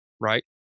right